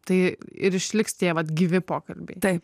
tai ir išliks tie vat gyvi pokalbiai taip